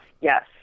Yes